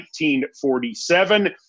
1947